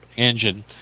engine